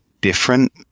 different